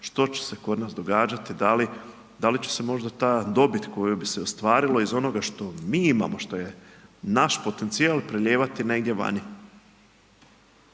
što će se kod nas događati, da li će se možda ta dobit koju bi se ostvarilo iz onoga što mi imamo što je naš potencijal prelijevati negdje vani.